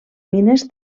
mines